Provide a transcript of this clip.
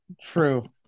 True